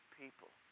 people